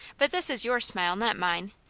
but this is your smile, not mine.